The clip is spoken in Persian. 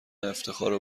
افتخار